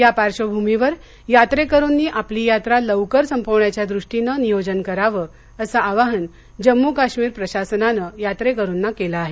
या पार्श्वभूमीवर यात्रेकरुंनी आपली यात्रा लवकर संपवण्याच्या दृष्टीनं नियोजन करावं असं आवाहन जम्मू काश्मीर प्रशासनानं यात्रेकरुंना केलं आहे